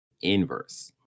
Inverse